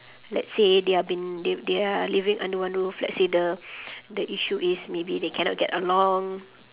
let's say they are been they they are living under one roof let's say the the issue is maybe they cannot get along